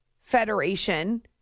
Federation